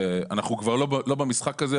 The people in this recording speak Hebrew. אנחנו כבר לא במשחק הזה.